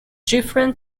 different